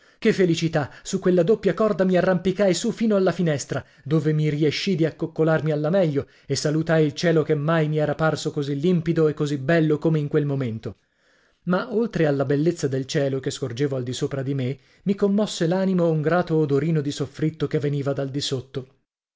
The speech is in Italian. che felicità su quella doppia corda mi arrampicai su fino alla finestra dove mi riescì di accoccolarmi alla meglio e salutai il cielo che mai mi era parso così limpido e così bello come in quel momento ma oltre alla bellezza del cielo che scorgevo al disopra di me mi commosse l'animo un grato odorino di soffritto che veniva dal di sotto